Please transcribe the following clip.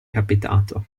capitato